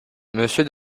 monsieur